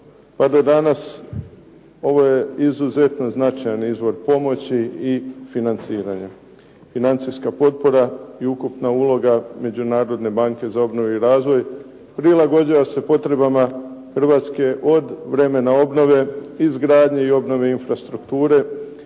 pa do danas ovo je izuzetno značajan izvor pomoći i financiranja. Financijska potpora i ukupna uloga Međunarodne banke za obnovu i razvoj prilagođava se potrebama Hrvatske od vremena obnove, izgradnje i obnove infrastrukture,